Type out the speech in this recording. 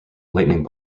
lightning